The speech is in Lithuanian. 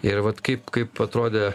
ir vat kaip kaip atrodė